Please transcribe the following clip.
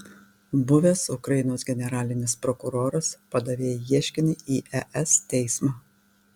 buvęs ukrainos generalinis prokuroras padavė ieškinį į es teismą